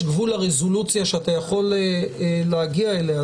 גבול לרזולוציה שאתה יכול להגיע אליה.